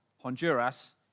Honduras